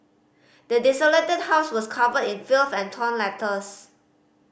the desolated house was covered in filth and torn letters